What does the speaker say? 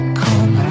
come